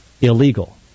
illegal